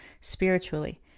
spiritually